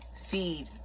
feed